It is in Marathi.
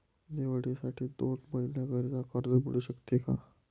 दिवाळीसाठी दोन महिन्याकरिता कर्ज मिळू शकते का?